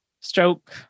stroke